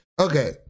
okay